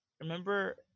remember